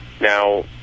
Now